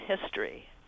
history